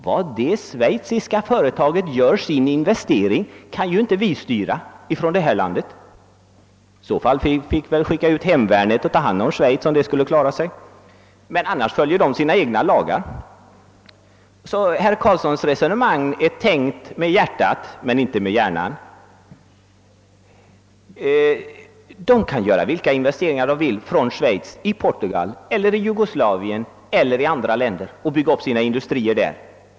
Var det schweiziska företaget gör sin investering kan vi inte styra från vårt land. Om vi skulle kunna klara det finge vi skicka ut hemvärnet för att ta hand om Schweiz. Annars följer schweizarna sina egna lagar. Det resonemang som herr Karlsson i Huddinge för är alltså fört med hjärtat men inte med hjärnan. Från Schweiz kan företagarna göra vilka investeringar de vill i Portugal, i Jugoslavien eller i andra länder och bygga upp sina industrier där.